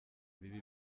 bibi